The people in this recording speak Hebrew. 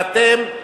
ואתם,